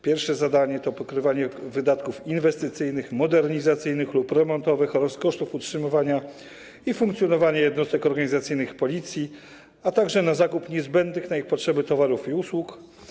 Pierwsze zadanie to pokrywanie wydatków inwestycyjnych, modernizacyjnych lub remontowych oraz kosztów utrzymywania i funkcjonowania jednostek organizacyjnych Policji, a także zakup niezbędnych na ich potrzeby towarów i usług.